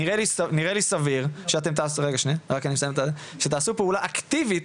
נראה לי סביר שאתם תעשו פעולה אקטיבית